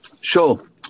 Sure